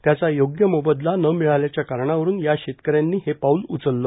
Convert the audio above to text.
त्याचा योग्य मोबदला न मिळाल्याच्या कारणावरून या शेतकऱ्यांनी हे पाऊल उचलले